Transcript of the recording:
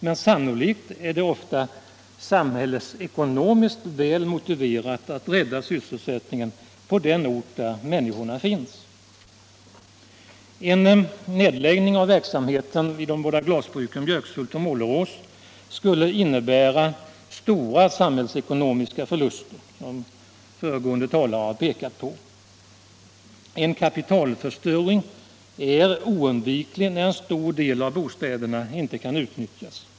Men sannolikt är det ofta även samhällsekonomiskt väl motiverat att rädda sysselsättningen på den ort där människorna redan finns. En nedläggning av verksamheten vid de båda glasbruken Björkshult och Målerås skulle, som föregående talare visade, innebära stora samhällsekonomiska förluster. En kapitalförstöring är oundviklig när en stor del av bostäderna inte kan utnyttjas.